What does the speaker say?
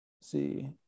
See